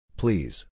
please